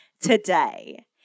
today